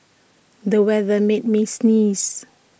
the weather made me sneeze